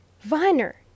Viner